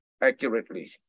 accurately